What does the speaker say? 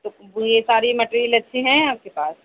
تو یہ سارے میٹیریل اچھے ہیں آپ کے پاس